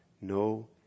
no